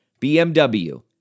BMW